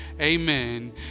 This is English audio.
amen